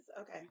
Okay